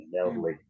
elderly